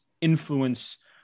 influence